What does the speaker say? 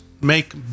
make